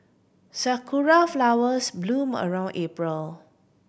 sakura flowers bloom around April